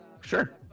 Sure